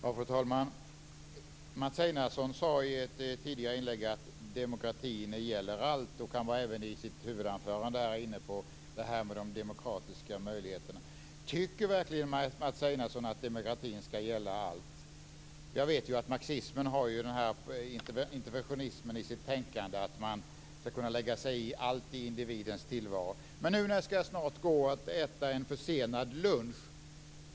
Fru talman! Mats Einarsson sade i ett tidigare inlägg att demokratin gäller allt. Han var även i sitt huvudanförande inne på de demokratiska möjligheterna. Tycker verkligen Mats Einarsson att demokratin skall gälla allt? Jag vet att det marxistiska tänkandet inrymmer den här interventionismen, dvs. att man skall kunna lägga sig i allt i individens tillvaro. Jag skall nu snart gå ut för att äta en försenad lunch.